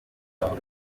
yabo